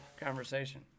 conversation